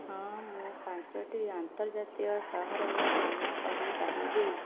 ହଁ ମୁଁ ପାଞ୍ଚଟି ଆନ୍ତର୍ଜାତୀୟ ସହରର ନାମ କହିପାରିବି